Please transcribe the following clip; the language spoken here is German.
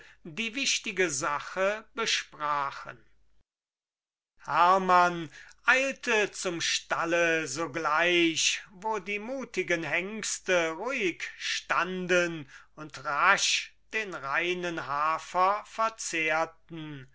die wichtige sache besprachen hermann eilte zum stalle sogleich wo die mutigen hengste ruhig standen und rasch den reinen hafer verzehrten